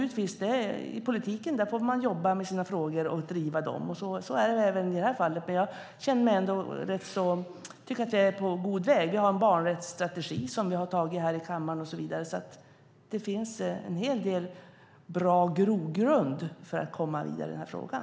I politiken får man jobba med och driva sina frågor. Så är det även i det här fallet. Jag tycker ändå att vi är på god väg. Vi har antagit en barnrättsstrategi i kammaren. Det finns en hel del bra grogrund för att komma vidare i frågan.